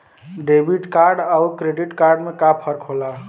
Debit card अउर credit card में का फर्क होला?